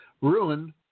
ruined